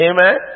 Amen